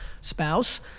spouse